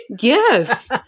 Yes